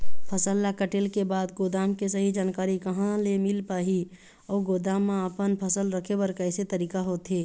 फसल ला कटेल के बाद गोदाम के सही जानकारी कहा ले मील पाही अउ गोदाम मा अपन फसल रखे बर कैसे तरीका होथे?